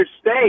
State